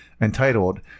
entitled